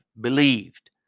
believed